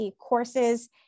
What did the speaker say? courses